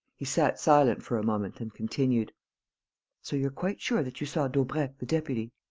he sat silent for a moment and continued so you're quite sure that you saw daubrecq the deputy?